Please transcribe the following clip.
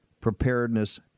preparedness